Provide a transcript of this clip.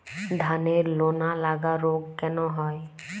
ধানের লোনা লাগা রোগ কেন হয়?